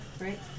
right